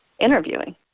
interviewing